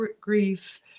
grief